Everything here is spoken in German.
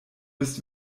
bist